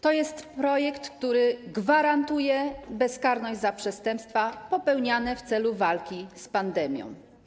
To jest projekt, który gwarantuje bezkarność za przestępstwa popełniane w celu walki z pandemią.